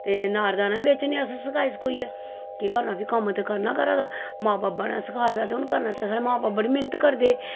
ते नार दाना बी बेचने अस सकाई सकुइयै केह् करना फिर कम्म ते करना घरा दा मां बब्बा नै सखाए दा ते हून करना साढ़े मां बब्ब बड़ी मैंहनत करदे हे